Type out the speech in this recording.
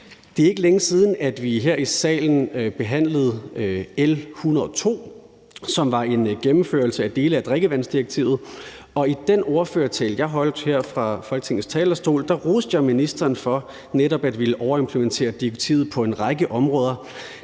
Det er ikke længe siden, vi her i salen behandlede L 102, som var en gennemførelse af dele af drikkevandsdirektivet, og i den ordførertale, jeg holdt her fra Folketingets talerstol, roste jeg ministeren for netop at ville overimplementere direktivet på en række områder.